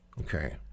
Okay